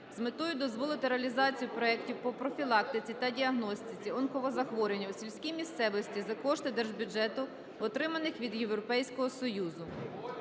з метою дозволити реалізацію проектів по профілактиці та діагностиці онкозахворювань у сільській місцевості, за кошти держбюджету отриманих від Європейського Союзу.